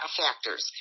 factors